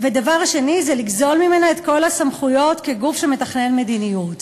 דבר שני זה לגזול ממנה את כל הסמכויות כגוף שמתכנן מדיניות.